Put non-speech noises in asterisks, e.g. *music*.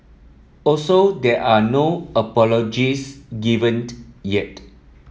also there are no apologies *unintelligible* yet